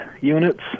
units